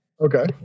Okay